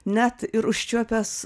net ir užčiuopęs